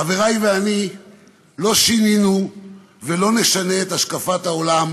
חברי ואני לא שינינו ולא נשנה את השקפת העולם